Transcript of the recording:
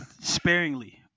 sparingly